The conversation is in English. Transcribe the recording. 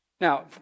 Now